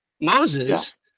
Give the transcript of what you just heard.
Moses